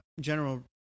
general